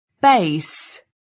Base